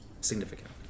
significant